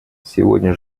сегодня